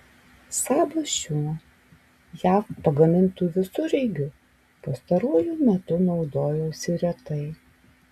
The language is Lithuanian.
sabas šiuo jav pagamintu visureigiu pastaruoju metu naudojosi retai